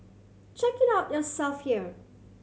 check it out yourself here